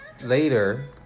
later